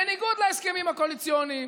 בניגוד להסכמים הקואליציוניים,